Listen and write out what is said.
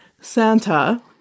Santa